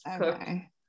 okay